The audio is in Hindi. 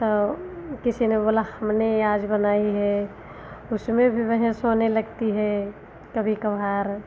तो किसी ने बोला हमने आज बनाई है उसमें भी बहस होने लगती है कभी कभार